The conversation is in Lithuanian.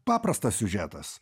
paprastas siužetas